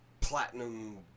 platinum